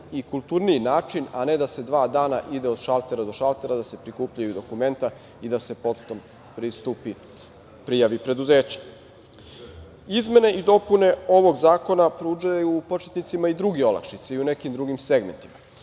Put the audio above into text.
i kulturniji način, a ne da se dva dana ide od šaltera do šaltera, da se prikupljaju dokumenta i da se potom pristupi prijavi preduzeća. Izmene i dopune ovog zakona pružaju početnicima i druge olakšice u nekim drugim segmentima.